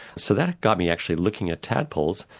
so that got me actually looking at tadpoles,